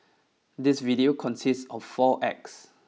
this video consists of four acts